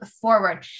forward